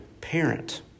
parent